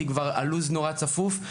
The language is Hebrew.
כי כבר הלו"ז נורא צפוף,